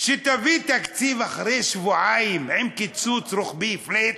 שתביא תקציב, אחרי שבועיים, עם קיצוץ רוחבי, flat?